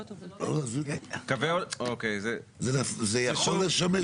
זה יכול לשמש?